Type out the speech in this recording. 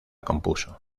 compuso